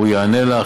והוא יענה לך.